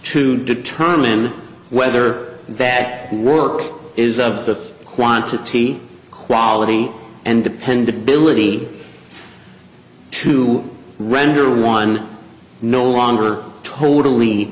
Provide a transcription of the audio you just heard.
to determine whether that work is of the quantity quality and dependability to render one no longer totally